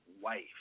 wife